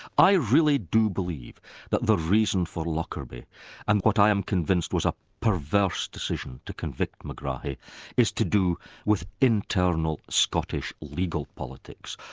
i really do believe that the reason for lockerbie and what i am convinced was a perverse decision to convict megrahi is to do with internal scottish legal politics.